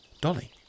dolly